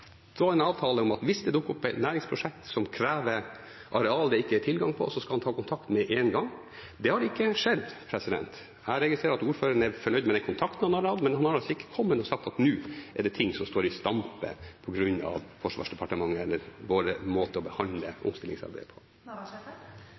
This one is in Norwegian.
avtale om at hvis det dukker opp et næringsprosjekt som krever areal det ikke er tilgang på, skal han ta kontakt med en gang. Det har ikke skjedd. Jeg registrerer at ordføreren er fornøyd med den kontakten han har hatt, men han har altså ikke kommet og sagt at nå er det ting som står i stampe på grunn av Forsvarsdepartementet eller vår måte å behandle